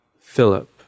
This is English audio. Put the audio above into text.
Philip